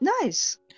Nice